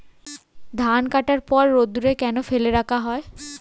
ধান কাটার পর রোদ্দুরে কেন ফেলে রাখা হয়?